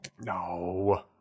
No